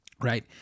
right